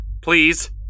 please